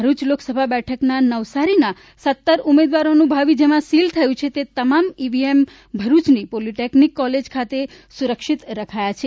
ભરૂચ લોકસભા બેઠકના ઉમેદવારોનું ભાવિ જેમાં સીલ થયું છે તે તમામ ઈવીએમ ભરૂચની પોલિટેકનીક કોલેજ ખાતે સુરક્ષીત રખાયા છે